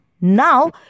now